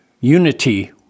unity